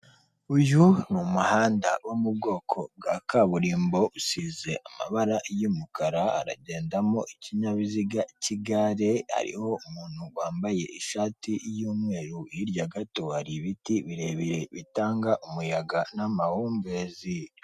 Uyu ni umuhanda wo mu bwoko bwa kaburimbo usize amabara y'umukara, haragendamo ikinyabiziga cy'igare, hariho umuntu wambaye ishati y'umweru hirya gato hari ibiti birebire bitanga umuyaga n'amahumbezi.